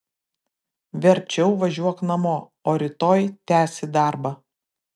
verčiau važiuok namo o rytoj tęsi darbą